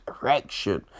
direction